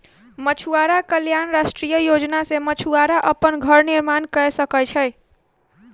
मछुआरा कल्याण राष्ट्रीय योजना सॅ मछुआरा अपन घर निर्माण कय सकै छै